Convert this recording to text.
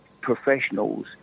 professionals